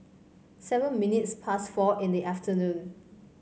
seven minutes past four in the afternoon